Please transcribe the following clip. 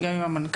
וגם עם המנכ"ל,